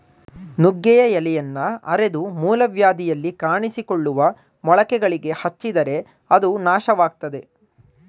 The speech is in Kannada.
ನುಗ್ಗೆಯ ಎಲೆಯನ್ನ ಅರೆದು ಮೂಲವ್ಯಾಧಿಯಲ್ಲಿ ಕಾಣಿಸಿಕೊಳ್ಳುವ ಮೊಳಕೆಗಳಿಗೆ ಹಚ್ಚಿದರೆ ಅದು ನಾಶವಾಗ್ತದೆ